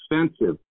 expensive